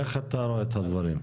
איך אתה רואה את הדברים.